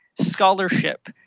scholarship